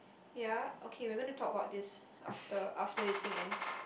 ya okay we're gonna talk about this after after this thing ends